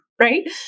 right